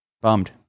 Bummed